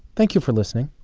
thank you for listening